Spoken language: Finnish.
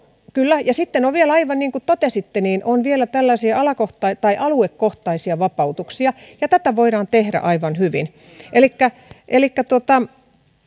kyllä ja sitten on vielä aivan niin kuin totesitte tällaisia aluekohtaisia vapautuksia ja tätä voidaan tehdä aivan hyvin elikkä elikkä